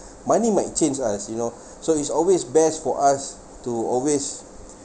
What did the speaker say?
money might change lah as you know so it's always best for us to always